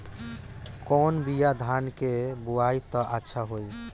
कौन बिया धान के बोआई त अच्छा होई?